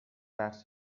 بخش